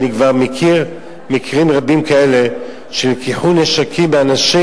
אני מכיר מקרים רבים כאלה שנלקחו כלי נשק מאנשים